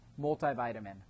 multivitamin